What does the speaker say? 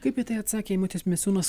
kaip į tai atsakė eimutis misiūnas